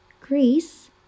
Greece